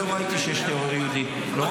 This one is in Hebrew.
לא ראיתי שיש טרור יהודי.